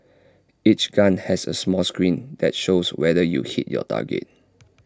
each gun has A small screen that shows whether you hit your target